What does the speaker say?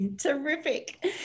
Terrific